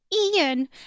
Ian